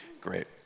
great